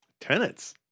tenants